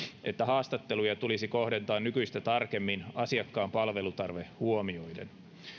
että haastatteluja tulisi kohdentaa nykyistä tarkemmin asiakkaan palvelutarve huomioiden